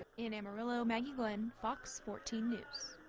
in amarillo, maggie glynn. fox fourteen news.